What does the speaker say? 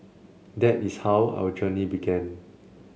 that is how our journey began